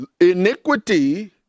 Iniquity